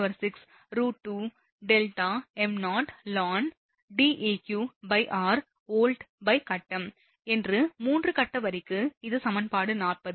V 3 × 106 √2rδm0 ln Deqr வோல்ட்கட்டம் என்று 3 கட்ட வரிக்கு இது சமன்பாடு 40